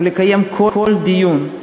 או לקיים כל דיון,